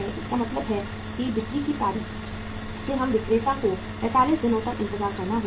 इसका मतलब है बिक्री की तारीख से हम विक्रेता को 45 दिनों तक इंतजार करना होगा